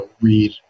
read